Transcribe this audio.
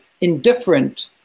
indifferent